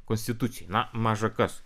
konstitucijai na maža kas